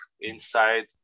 inside